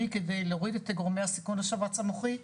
כדי להוריד את גורמי סיכון לשבץ המוחי,